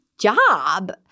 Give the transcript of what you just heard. job